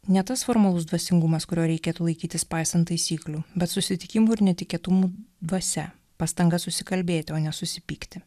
ne tas formalus dvasingumas kurio reikėtų laikytis paisant taisyklių bet susitikimų ir netikėtumų dvasia pastanga susikalbėti o ne susipykti